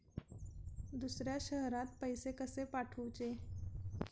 दुसऱ्या शहरात पैसे कसे पाठवूचे?